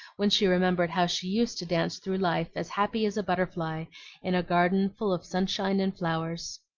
when she remembered how she used to dance through life as happy as a butterfly in a garden full of sunshine and flowers.